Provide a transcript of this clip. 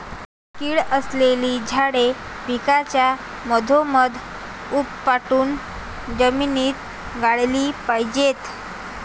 कीड असलेली झाडे पिकाच्या मधोमध उपटून जमिनीत गाडली पाहिजेत